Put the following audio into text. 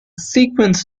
sequence